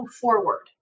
forward